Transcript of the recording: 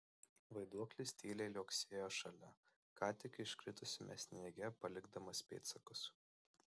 vaiduoklis tyliai liuoksėjo šalia ką tik iškritusiame sniege palikdamas pėdsakus